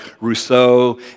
Rousseau